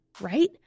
right